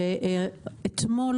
אתמול,